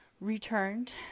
returned